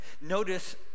notice